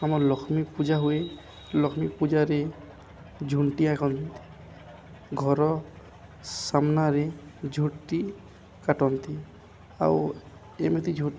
ଆମ ଲକ୍ଷ୍ମୀ ପୂଜା ହୁଏ ଲକ୍ଷ୍ମୀ ପୂଜାରେ ଝୋଟି ଆଙ୍କନ୍ତି ଘର ସାମ୍ନାରେ ଝୋଟି କାଟନ୍ତି ଆଉ ଏମିତି